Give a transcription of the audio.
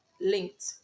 linked